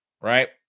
right